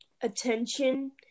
attention